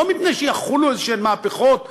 לא מפני שיחולו מהפכות כלשהן,